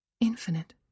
Infinite